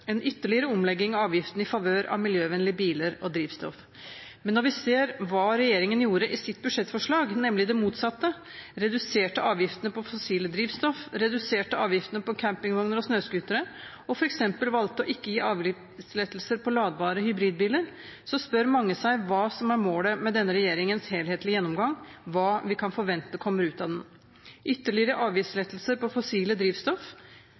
en ytterligere omlegging av avgiftene i favør av miljøvennlige biler og drivstoff. Men når vi ser hva regjeringen gjorde i sitt budsjettforslag, nemlig det motsatte – reduserte avgiftene på fossile drivstoff, på campingvogner og på snøscootere, og valgte f.eks. ikke å gi avgiftslettelser på oppladbare hybridbiler – spør mange seg hva som er målet med denne regjeringens helhetlige gjennomgang, og hva vi kan forvente kommer ut av den: ytterligere avgiftslettelser på fossile drivstoff